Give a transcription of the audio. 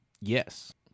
Yes